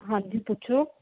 ਹਾਂਜੀ ਪੁੱਛੋ